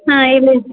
ಹಾಂ ಹೇಳಿ